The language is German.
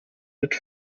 mit